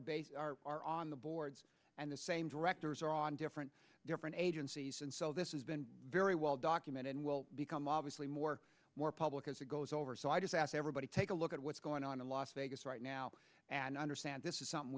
are based are on the boards and the same directors are on different different agencies and so this has been very well documented and will become obviously more more public as it goes over so i just ask everybody take a look at what's going on in las vegas right now and understand this is something